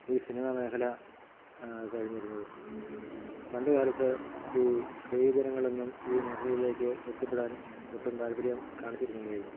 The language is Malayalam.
ഈ സിനിമാ മേഘല കഴിഞ്ഞിരുന്നത് പണ്ട് കാലത്ത് ഈ സ്ത്രീ ജനങ്ങളൊന്നും ഈ മേഘലയിലേക്ക് എത്തിപ്പെടാൻ ഒട്ടും താല്പര്യം കാണിച്ചിരുന്നുണ്ടായിരുന്നു